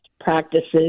practices